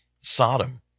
Sodom